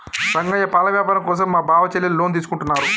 రంగయ్య పాల వ్యాపారం కోసం మా బావ చెల్లెలు లోన్ తీసుకుంటున్నారు